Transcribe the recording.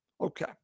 Okay